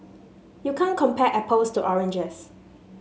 you can't compare apples to oranges